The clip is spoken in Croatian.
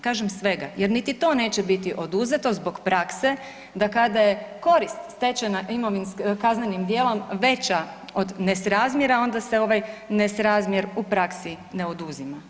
Kažem svega jer niti to neće biti oduzeto zbog prakse da kada je korist stečena kaznenim djelom veća od nesrazmjera onda se ovaj nesrazmjer u praksi ne oduzima.